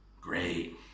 Great